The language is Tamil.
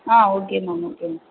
ah okay ma'am okay ma'am